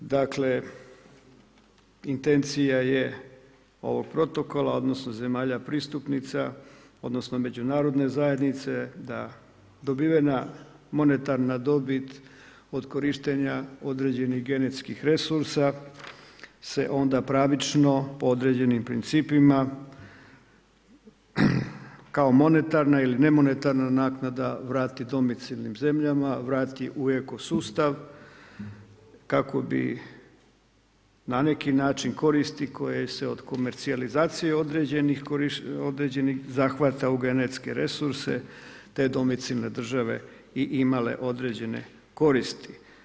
Dakle, intencija je ovog protokola odnosno zemalja pristupnica odnosno međunarodne zajednice da dobivena monetarna dobit od korištenja određenih genetskih resursa se onda pravično po određenim principima kao monetarna ili ne monetarna naknada vrati domicilnim zemljama, vrati u eko sustav kako bi na neki način koristi koje se od komercijalizacije određenih zahvata u genetske resurse te domicilne države i imale određene koristi.